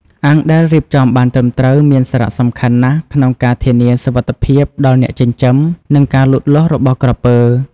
អាងដែលរៀបចំបានត្រឹមត្រូវមានសារៈសំខាន់ណាស់ក្នុងការធានាសុវត្ថិភាពដល់អ្នកចិញ្ចឹម និងការលូតលាស់របស់ក្រពើ។